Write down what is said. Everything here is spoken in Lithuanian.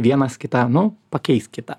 vienas kitą nu pakeis kitą